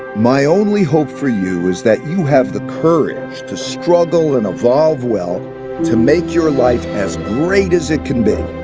my only hope for you is that you have the courage to struggle and evolve well to make your life as great as it can be.